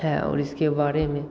है और इसके बारे में